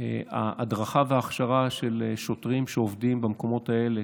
ההדרכה וההכשרה של שוטרים שעובדים במקומות האלה,